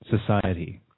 society